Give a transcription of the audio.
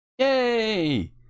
Yay